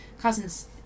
cousins